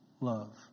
Love